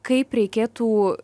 kaip reikėtų